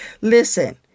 listen